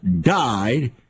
died